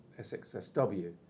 SXSW